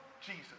Jesus